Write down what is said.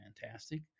fantastic